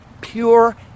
pure